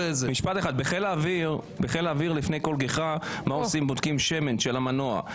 בחיל האוויר לפני כל גיחה בודקים שמן של המנוע.